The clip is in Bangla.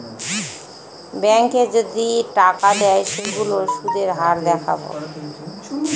ব্যাঙ্কে যদি টাকা দেয় সেইগুলোর সুধের হার দেখাবো